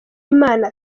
imana